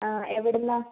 ആ എവിടെ നിന്നാണ്